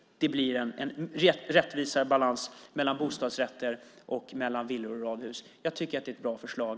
Det blir en rättvisare balans mellan bostadsrätter och mellan villor och radhus. Jag tycker att det är ett bra förslag.